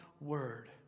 Word